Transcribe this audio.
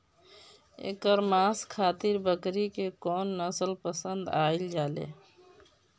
एकर मांस खातिर बकरी के कौन नस्ल पसंद कईल जाले?